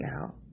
now